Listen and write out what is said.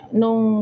nung